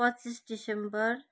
पच्चिस दिसम्बर